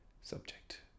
subject